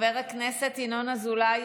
חברת הכנסת עאידה תומא סלימאן,